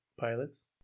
pilots